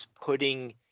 putting